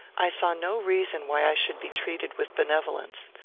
i saw no reason why i should be treated with benevolence.